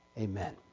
amen